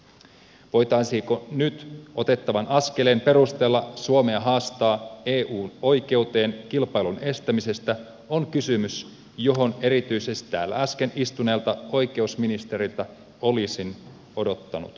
se voitaisiinko nyt otettavan askeleen perusteella suomea haastaa eu oikeuteen kilpailun estämisestä on kysymys johon erityisesti täällä äsken istuneelta oikeusministeriltä olisin odottanut vastausta